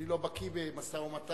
אני לא בקי במשא-ומתן,